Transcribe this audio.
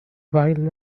while